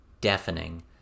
deafening